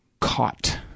caught